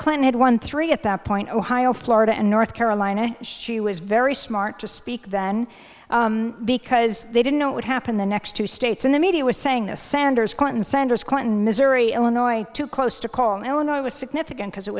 clinton had won three at that point ohio florida and north carolina she was very smart to speak then because they didn't know what happened the next two states and the media was saying this sanders clinton sender's clinton missouri illinois too close to call illinois was significant because it